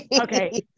Okay